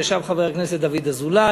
ישבנו חבר הכנסת דוד אזולאי,